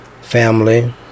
family